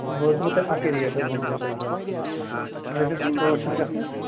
بہٕ حظ دِمہو تۅہہِ اکٕے ریٚٹ حظ وَنہو بہٕ تۅہہِ رۅپیس ٲٹھ شیٚتھ گژھنَس